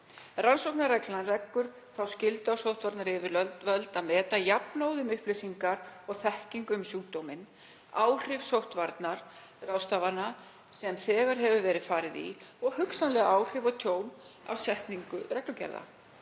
Rannsóknarregla leggur þá skyldu á sóttvarnayfirvöld að meta jafnóðum upplýsingar og þekkingu um sjúkdóminn, áhrif sóttvarnaráðstafana sem þegar hefur verið farið í og hugsanleg áhrif og tjón af setningu reglugerða.